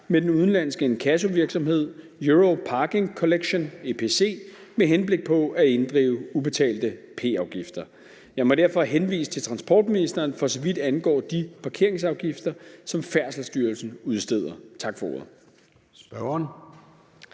med den udenlandske inkassovirksomhed Euro Parking Collection, EPC, med henblik på at inddrive ubetalte p-afgifter. Jeg må derfor henvise til transportministeren, for så vidt angår de parkeringsafgifter, som Færdselsstyrelsen udsteder. Tak for ordet.